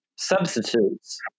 Substitutes